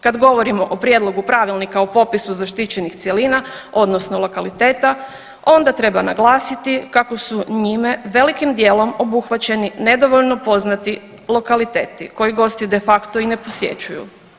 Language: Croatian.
Kad govorimo o prijedlogu pravilnika o popisu zaštićenih cjelina odnosno lokaliteta onda treba naglasiti kako su njima velikim dijelom obuhvaćeni nedovoljno poznati lokaliteti koje gosti de facto i ne posjećuju.